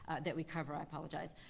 that we cover, i apologize.